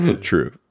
True